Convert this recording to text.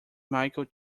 michael